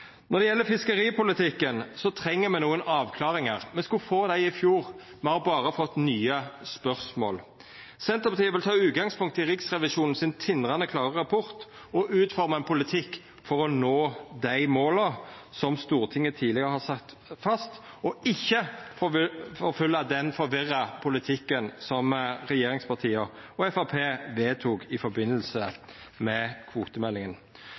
Når det gjeld fiskeripolitikken, treng me nokre avklaringar. Me skulle få dei i fjor. Me har berre fått nye spørsmål. Senterpartiet vil ta utgangspunkt i Riksrevisjonens tindrande klare rapport og utforma ein politikk for å nå dei måla som Stortinget tidlegare har fastsett, og ikkje følgja den forvirra politikken som regjeringspartia og Framstegspartiet vedtok i samband med kvotemeldinga.